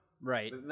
right